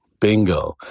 Bingo